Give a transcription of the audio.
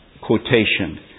quotation